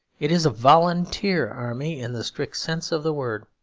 it is a volunteer army in the strict sense of the word